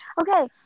okay